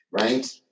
right